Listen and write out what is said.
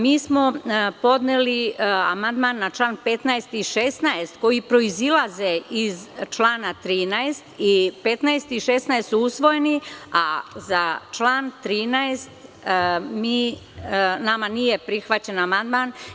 Mi smo podneli amandman na čl. 15. i 16. koji proizilaze iz člana 13, i čl. 15. i 16. su usvojeni, a za član 13. nama nije prihvaćen amandman.